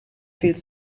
viel